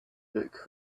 book